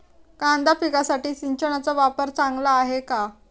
कांदा पिकासाठी सिंचनाचा वापर चांगला आहे का?